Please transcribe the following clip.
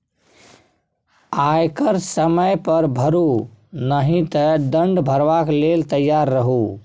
आयकर समय पर भरू नहि तँ दण्ड भरबाक लेल तैयार रहु